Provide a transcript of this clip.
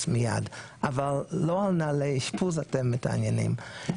מיד אבל לא על האשפוז אתם מתעניינים.